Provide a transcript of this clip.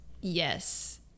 Yes